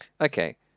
okay